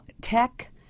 tech